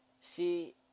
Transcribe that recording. see